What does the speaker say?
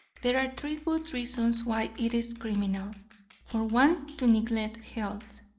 there are three good reasons why it is criminal for one to neglect health.